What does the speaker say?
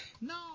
No